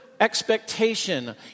expectation